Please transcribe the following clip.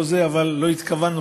אבל לא התכוונו,